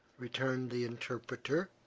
returned the interpreter,